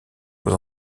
aux